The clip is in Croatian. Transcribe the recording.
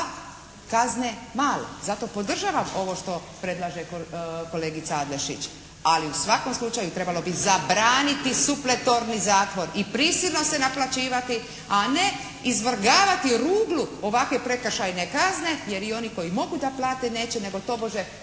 kazne male. Zato podržavam ovo što predlaže kolegica Adlešić ali u svakom slučaju trebalo bi zabraniti supletorni zatvor i prisilno se naplaćivati a ne izvrgavati ruglu ovakve prekršajne kazne jer i oni koji mogu da plate neće nego tobože